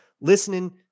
listening